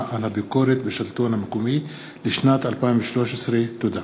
על הביקורת בשלטון המקומי לשנת 2013. תודה.